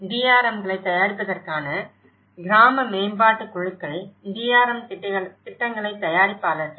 DRM களைத் தயாரிப்பதற்கான கிராம மேம்பாட்டுக் குழுக்கள் DRM திட்டங்களைத் தயாரிப்பார்கள்